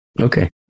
Okay